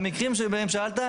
במקרים שלגביהם שאלת,